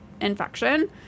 infection